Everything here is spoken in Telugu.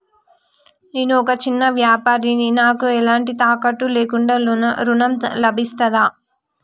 నేను ఒక చిన్న వ్యాపారిని నాకు ఎలాంటి తాకట్టు లేకుండా ఋణం లభిస్తదా?